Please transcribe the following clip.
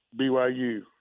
BYU